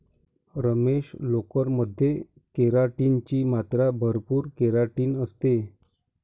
रमेश, लोकर मध्ये केराटिन ची मात्रा भरपूर केराटिन असते